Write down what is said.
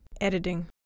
Editing